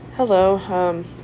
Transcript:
Hello